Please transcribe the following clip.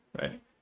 right